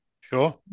sure